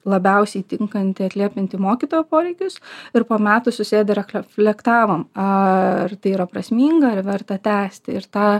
labiausiai tinkantį atliepianti mokytojo poreikius ir po metų susėdę reflektavom aaa ar tai yra prasminga ar verta tęsti ir tą